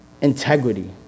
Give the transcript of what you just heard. Integrity